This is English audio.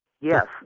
Yes